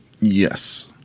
yes